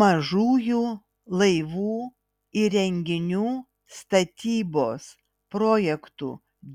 mažųjų laivų įrenginių statybos projektų